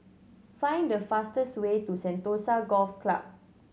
find the fastest way to Sentosa Golf Club